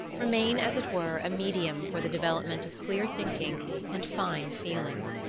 remain as it were a medium for the development of clear thinking and fine feeling.